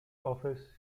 office